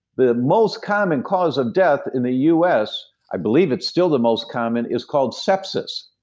the most common cause of death in the u s, i believe it's still the most common is called sepsis.